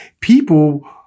people